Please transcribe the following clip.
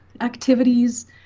activities